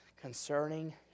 concerning